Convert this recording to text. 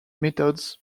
methods